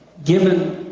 given